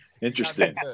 interesting